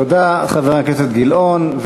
תודה, חבר הכנסת גילאון.